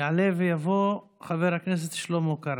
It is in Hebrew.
יעלה ויבוא חבר הכנסת שלמה קרעי,